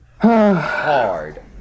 hard